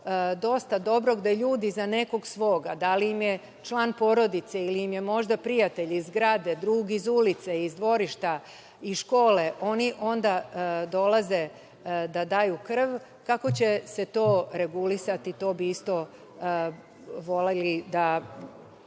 dosta dobrog, gde ljudi za nekog svog da li im je član porodice ili im je možda prijatelj iz zgrade, drug iz ulice, dvorište, iz škole, oni onda dolaze da daju krv, kako će se to regulisati, to bismo isto voleli da